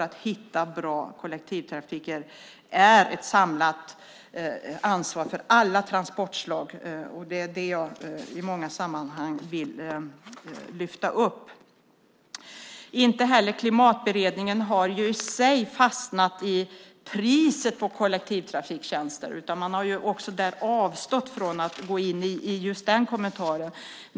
Att hitta bra kollektivtrafik är ett samlat ansvar för alla transportslag. Det vill jag lyfta upp i många sammanhang. Klimatberedningen har inte heller fastnat i priset på kollektivtrafiktjänster. Man har avstått från att gå in i och kommentera just det.